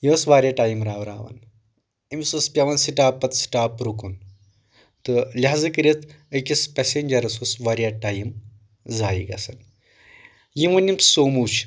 یہِ ٲسۍ واریاہ ٹایِم راوٕراوان أمِس اوس پٮ۪وان سٹاپ پتہٕ سٹاپ رُکُن تہٕ لہاظہ کٔرتھ أکِس پسیٚنجرس اوس واریاہ ٹایِم زایہِ گژھان یِم وۄنۍ یِم سومو چھِ